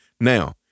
Now